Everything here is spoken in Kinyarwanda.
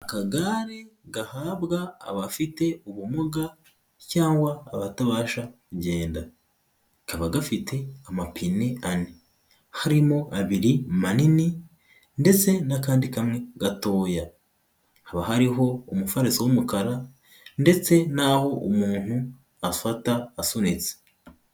Akagare gahabwa abafite ubumuga cyangwa abatabasha kugenda, kaba gafite amapine ane, harimo abiri manini ndetse n'akandi kamwe gatoya, haba hariho umufariso w'umukara ndetse n'aho umuntu afata asunitse.